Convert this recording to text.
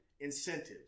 incentives